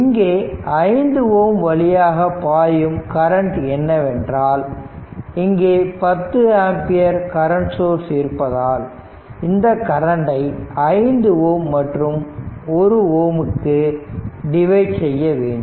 இங்கே 5 Ω வழியாக பாயும் கரண்ட் என்னவென்றால் இங்கே 10 ஆம்பியர் கரண்ட் சோர்ஸ் இருப்பதால் இந்த கரண்டை 5 Ω மற்றும் 1 Ω முக்கு டிவைட் செய்யவேண்டும்